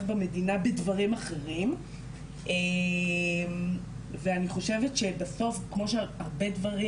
במדינה בדברים אחרים ואני חושבת שבסוף כמו שהרבה דברים